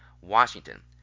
Washington